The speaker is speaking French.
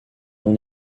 non